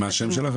מה השם שלך?